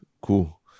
Cool